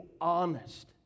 honest